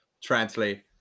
translate